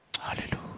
Hallelujah